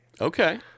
Okay